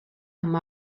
amb